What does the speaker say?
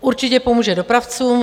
Určitě pomůže dopravcům.